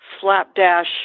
slapdash